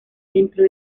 dentro